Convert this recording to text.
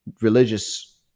religious